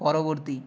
পরবর্তী